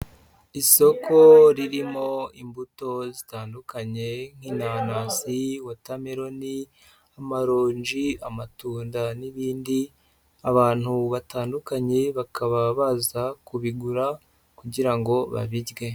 Isoko ririmo imbuto zitandukanye nk'inanasi, Wotameroni, amaronji, amatunda n'ibindi, abantu batandukanye bakaba baza kubigura kugira ngo babirye.